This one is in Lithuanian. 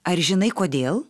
ar žinai kodėl